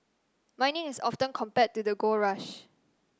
mining is often compared to the gold rush